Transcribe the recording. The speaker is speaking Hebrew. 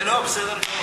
בסדר גמור.